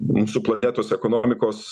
mūsų planetos ekonomikos